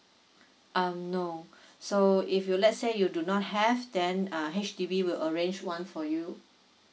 um no so if you let's say you do not have then uh H_D_B will arrange one for you